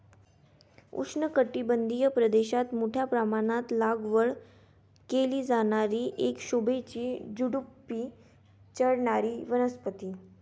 उष्णकटिबंधीय प्रदेशात मोठ्या प्रमाणात लागवड केली जाणारी एक शोभेची झुडुपी चढणारी वनस्पती